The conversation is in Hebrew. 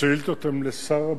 השאילתות הן לשר הביטחון.